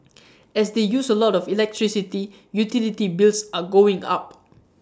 as they use A lot of electricity utility bills are going up